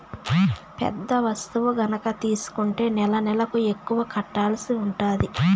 పెద్ద వస్తువు గనక తీసుకుంటే నెలనెలకు ఎక్కువ కట్టాల్సి ఉంటది